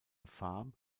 farm